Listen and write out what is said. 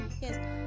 Yes